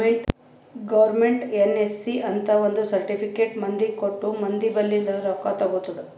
government NSC ಅಂತ್ ಒಂದ್ certificate ಮಂದಿಗ ಕೊಟ್ಟು ಮಂದಿ ಬಲ್ಲಿಂದ್ ರೊಕ್ಕಾ ತಗೊತ್ತುದ್